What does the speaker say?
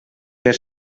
per